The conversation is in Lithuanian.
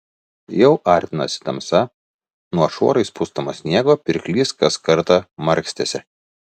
jau artinosi tamsa nuo šuorais pustomo sniego pirklys kas kartą markstėsi